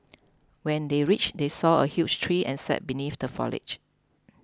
when they reached they saw a huge tree and sat beneath the foliage